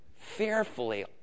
fearfully